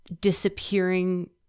disappearing